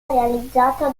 realizzata